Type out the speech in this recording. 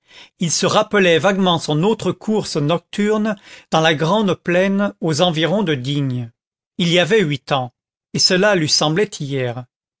il se rappelait vaguement son autre course nocturne dans la grande plaine aux environs de digne il y avait huit ans et cela lui semblait hier